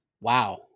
wow